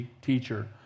teacher